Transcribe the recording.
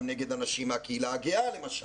גם נגד אנשים מהקהילה הגאה למשל,